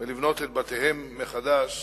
ולבנות את בתיהם מחדש